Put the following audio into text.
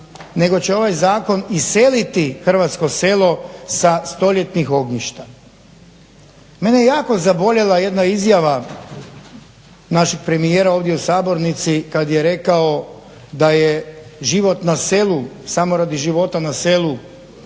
nego će ovaj zakon iseliti hrvatsko selo sa stoljetnih ognjišta. Mene je jako zaboljela jedna izjava našeg premijera ovdje u sabornici kada je rekao da je život na selu samo radi života na selu